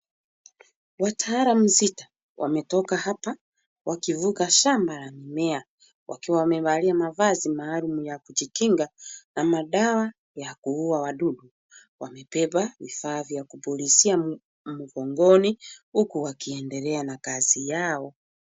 Wataalamu sita wametoka hapa wakivuka shamba la mimea wakiwa wamevalia mavazi maalum ya kujikinga na madawa ya kuuwa wadudu. Wamebeba vifaa vya kupulizia mgongoni huku wakiendelea na kazi yao.